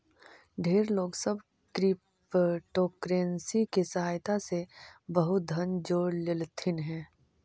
ढेर लोग सब क्रिप्टोकरेंसी के सहायता से बहुत धन जोड़ लेलथिन हे